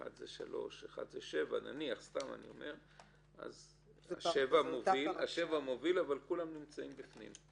אחד זה שלוש ואחד זה שבע אז שבע מוביל אבל כולם נמצאים בפנים.